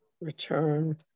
Return